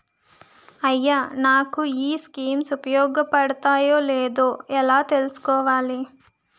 అయ్యా నాకు ఈ స్కీమ్స్ ఉపయోగ పడతయో లేదో ఎలా తులుసుకోవాలి?